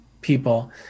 people